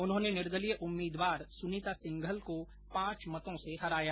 उन्होंने निर्दलीय उम्मीदवार सुनीता सिंघल को पांच मतों से हराया